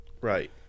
Right